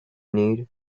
need